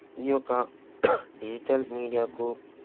ఈ యొక్క డిజిటల్ మీడియాకు